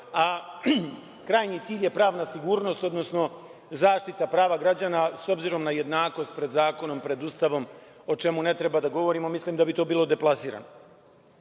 a krajnji cilj je pravna sigurnost, odnosno zaštita prava građana s obzirom na jednakost pred zakonom, pred Ustavom, o čemu ne treba da govorimo. Mislim da bi to bilo deplasirano. Što